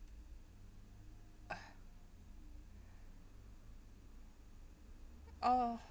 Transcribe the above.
oh